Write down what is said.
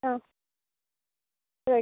ஆ okay